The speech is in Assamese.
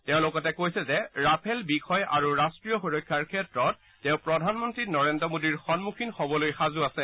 তেওঁ লগতে কৈছে যে ৰাফেল বিষয় আৰু ৰাষ্ট্ৰীয় সুৰক্ষাৰ ক্ষেত্ৰত তেওঁ প্ৰধানমন্ত্ৰী নৰেড্ৰ মোদীৰ সন্মুখীন হবলৈ সাজু আছে